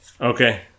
Okay